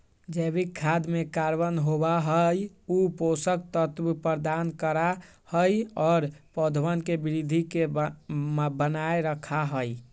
जैविक खाद में कार्बन होबा हई ऊ पोषक तत्व प्रदान करा हई और पौधवन के वृद्धि के बनाए रखा हई